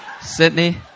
Sydney